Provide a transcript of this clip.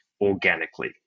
organically